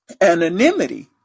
anonymity